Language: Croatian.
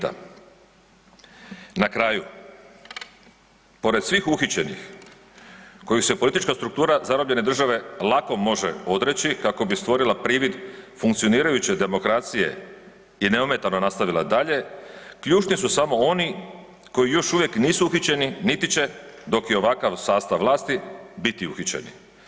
Na kraju, pored svih uhićenih kojih se politička struktura zarobljene države lako može odreći kako bi stvorila privid funkcionirajuće demokracije i neometano nastavila dalje, ključni su samo oni koji još uvijek nisu uhićeni niti će dok je ovakav sastav vlasti biti uhićeni.